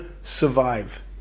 survive